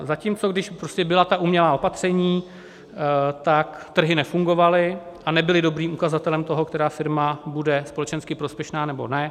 Zatímco když byla ta umělá opatření, tak trhy nefungovaly a nebyly dobrým ukazatelem toho, která firma bude společensky prospěšná, nebo ne.